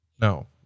No